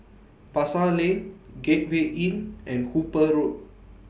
Pasar Lane Gateway Inn and Hooper Road